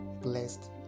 blessed